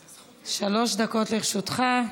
בבקשה, שלוש דקות לרשותך.